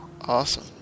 Awesome